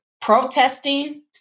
Protesting